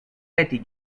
peti